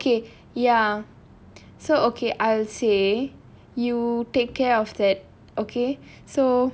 okay ya so okay I'll say you take care of that okay so